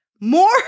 more